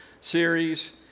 series